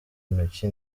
intoki